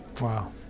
Wow